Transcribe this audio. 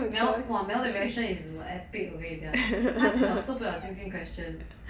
mel !wah! mel 的 reaction 是 epic 我跟你讲他真的受不 liao jing jing's question